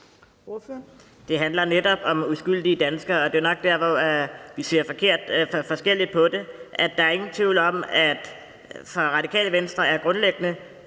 Det handler netop om uskyldige danskere. Det er nok der, hvor vi ser forskelligt på det. Der er ingen tvivl om, at for Radikale Venstre er grundlæggende